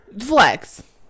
Flex